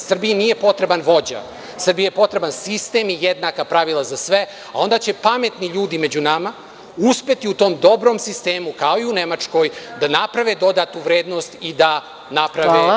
Srbiji nije potreban vođa, Srbiji je potreban sistem i jednaka pravila za sve, onda će pametni ljudi među nama uspeti u tom dobrom sistemu kao i u Nemačkoj da naprave dodatu vrednost i da naprave…